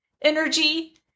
energy